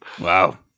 Wow